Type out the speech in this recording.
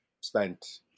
spent